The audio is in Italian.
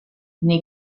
nei